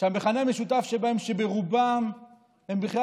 שהמכנה המשותף שלהם הוא שרובם הם בכלל